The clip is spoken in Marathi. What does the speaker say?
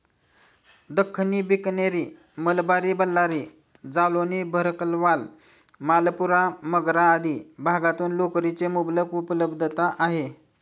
दख्खनी, बिकनेरी, मलबारी, बल्लारी, जालौनी, भरकवाल, मालपुरा, मगरा आदी भागातून लोकरीची मुबलक उपलब्धता आहे